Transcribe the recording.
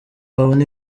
wabona